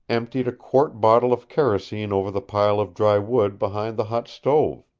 emptied a quart bottle of kerosene over the pile of dry wood behind the hot stove.